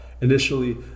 Initially